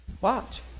Watch